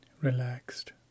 relaxed